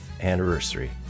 Anniversary